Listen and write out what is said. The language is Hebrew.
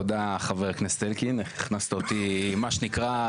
תודה חבר הכנסת אלקין, הכנסת אותי לתלם.